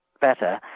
better